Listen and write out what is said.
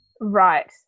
Right